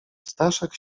staszek